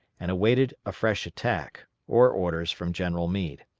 and awaited a fresh attack, or orders from general meade.